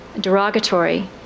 derogatory